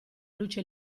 luce